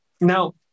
Now